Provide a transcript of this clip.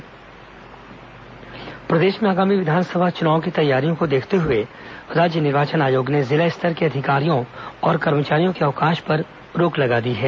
निर्वाचन आयोग अवकाश रोक प्रदेश में आगामी विधानसभा चुनाव की तैयारियों को देखते हुए राज्य निर्वाचन आयोग ने जिला स्तर के अधिकारियों और कर्मचारियों के अवकाश पर रोक लगा दी है